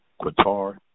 Qatar